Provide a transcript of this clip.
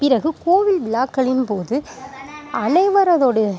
பிறகு கோவில் விழாக்களின் போது அனைவரதோடு